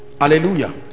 hallelujah